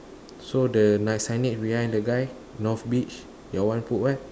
so the my signage behind the guy north beach your one put what